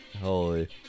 Holy